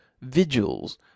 vigils